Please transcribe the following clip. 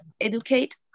educate